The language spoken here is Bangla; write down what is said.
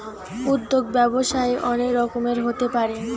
উদ্যোগ ব্যবসায়ে অনেক রকমের হতে পারে